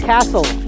Castle